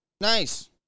Nice